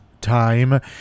time